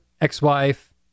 ex-wife